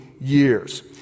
years